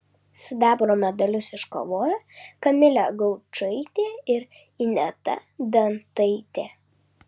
sidabro medalius iškovojo kamilė gaučaitė ir ineta dantaitė